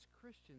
christians